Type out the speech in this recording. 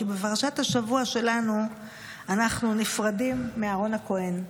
כי בפרשת השבוע שלנו אנחנו נפרדים מאהרון הכוהן.